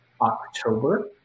October